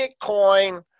Bitcoin